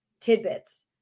tidbits